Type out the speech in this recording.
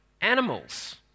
animals